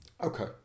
Okay